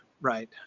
right